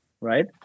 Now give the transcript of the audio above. right